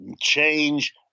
change